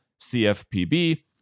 CFPB